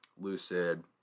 Lucid